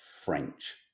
French